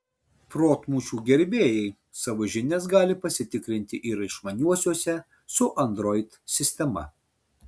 protmūšių gerbėjai savo žinias gali pasitikrinti ir išmaniuosiuose su android sistema